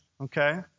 Okay